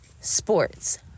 Sports